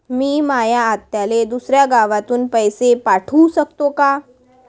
मी माया आत्याले दुसऱ्या गावातून पैसे पाठू शकतो का?